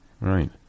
Right